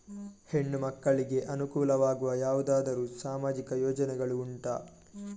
ಹೆಣ್ಣು ಮಕ್ಕಳಿಗೆ ಅನುಕೂಲವಾಗುವ ಯಾವುದಾದರೂ ಸಾಮಾಜಿಕ ಯೋಜನೆಗಳು ಉಂಟಾ?